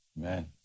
Amen